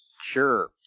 Sure